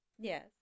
yes